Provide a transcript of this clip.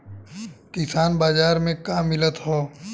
किसान बाजार मे का मिलत हव?